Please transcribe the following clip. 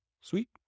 Sweet